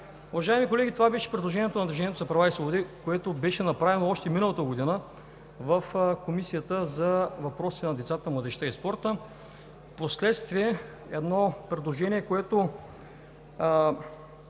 Уважаеми колеги, това беше предложението на „Движението за права и свободи“, което беше направено още миналата година в Комисията по въпросите на децата, младежта и спорта. Впоследствие едно предложение, което